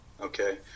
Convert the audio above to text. Okay